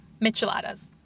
micheladas